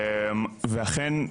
ואכן,